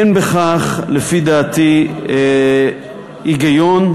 אין בכך, לפי דעתי, היגיון,